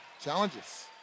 challenges